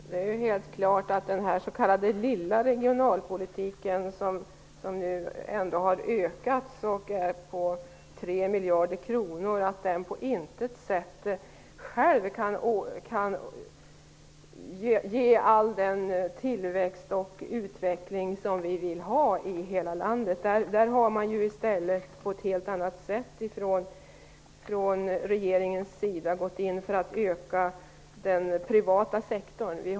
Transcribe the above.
Fru talman! Det är helt klart att den s.k. lilla regionalpolitiken, som har ökat i omfattning och nu får 3 miljarder, på intet sätt själv kan ge all den tillväxt och utveckling som vi vill ha i hela landet. Där har regeringen i stället gått in för att öka den privata sektorn.